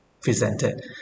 presented